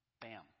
bam